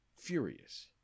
furious